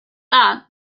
that